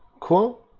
cool.